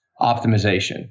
optimization